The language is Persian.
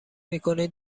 میکنید